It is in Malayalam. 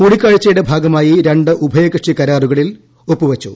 കൂടിക്കാഴ്ചയുടെ ഭാഗമായി രണ്ട് ഉഭയകക്ഷി കരാറുകളിൽ ഒപ്പു വച്ചു